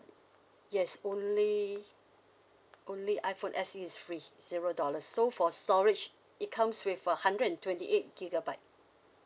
yes only only iphone S_E is free zero dollars so for storage it comes with a hundred and twenty eight gigabyte